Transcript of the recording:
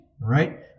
right